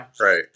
right